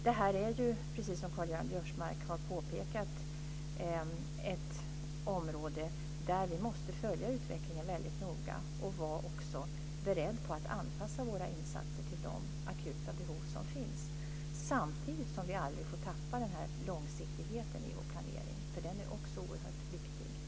Det här är, precis som Karl-Göran Biörsmark har påpekat, ett område där vi måste följa utvecklingen väldigt noga och även måste vara beredda att anpassa våra insatser till de akuta behov som finns. Samtidigt får vi aldrig tappa långsiktigheten i vår planering, för också den är oerhört viktig.